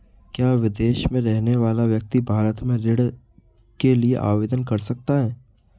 क्या विदेश में रहने वाला व्यक्ति भारत में ऋण के लिए आवेदन कर सकता है?